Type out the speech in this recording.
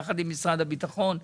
יחד עם משרד הביטחון,